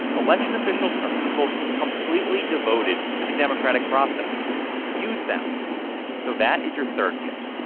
election officials are people completely devoted to the democratic process use them so that is your third tip.